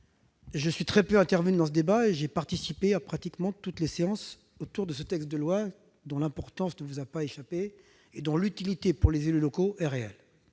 Je suis très peu intervenu dans ce débat et j'ai assisté à presque toutes les séances consacrées à ce projet de loi, dont l'importance ne vous a pas échappé et dont l'utilité pour les élus locaux est réelle.